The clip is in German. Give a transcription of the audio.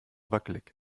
wackelig